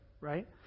right